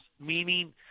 meaning